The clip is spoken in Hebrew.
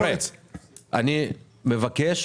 אני מבקש